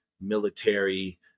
military